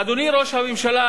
אדוני ראש הממשלה,